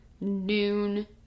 noon